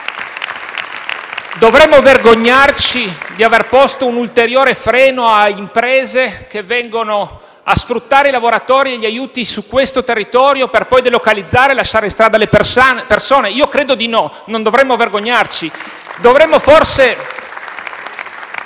Dovremmo vergognarci di aver posto un ulteriore freno a imprese che vengono a sfruttare i lavoratori e gli aiuti su questo territorio per poi delocalizzare e lasciare in strada le persone? Io credo di no, non dovremmo vergognarci. *(Applausi